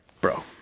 bro